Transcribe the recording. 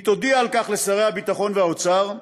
היא תודיע על כך לשרי הביטחון והאוצר,